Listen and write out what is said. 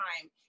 time